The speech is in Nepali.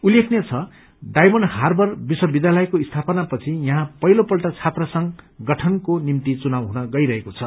उल्लेखनीय छ डायमण्ड हार्वर विश्व विध्यालयको स्थापनापछि यहाँ पहिलोपल्ट छात्र संघ गठनको निम्ति चुनाव हुन गइरहेको छ